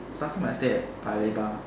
last time I stay at paya-lebar